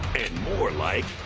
more like.